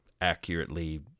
accurately